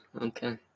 Okay